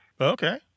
Okay